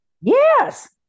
Yes